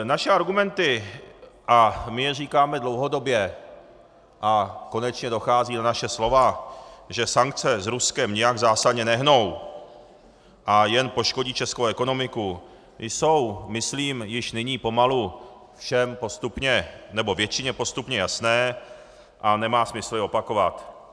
Naše argumenty a my je říkáme dlouhodobě a konečně dochází na naše slova , že sankce s Ruskem nijak zásadně nehnou a jen poškodí českou ekonomiku, jsou myslím již nyní pomalu všem postupně, nebo většině postupně jasné a nemá smysl je opakovat.